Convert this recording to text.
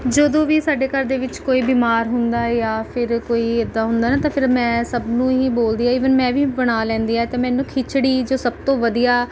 ਜਦੋਂ ਵੀ ਸਾਡੇ ਘਰ ਦੇ ਵਿੱਚ ਕੋਈ ਬਿਮਾਰ ਹੁੰਦਾ ਹੈ ਜਾਂ ਫਿਰ ਕੋਈ ਇੱਦਾਂ ਹੁੰਦਾ ਹੈ ਨਾ ਤਾਂ ਫਿਰ ਮੈਂ ਸਭ ਨੂੰ ਹੀ ਬੋਲਦੀ ਹਾਂ ਇਵਨ ਮੈਂ ਵੀ ਬਣਾ ਲੈਂਦੀ ਹਾਂ ਤਾਂ ਮੈਨੂੰ ਖਿਚੜੀ ਜੋ ਸਭ ਤੋਂ ਵਧੀਆ